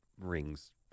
rings